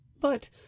But